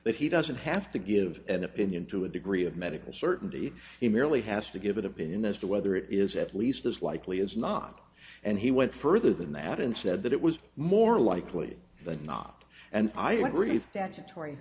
that he doesn't have to give an opinion to a degree of medical certainty he merely has to give an opinion as to whether is at least as likely as not and he went further than that and said that it was more likely than not and i agree statutory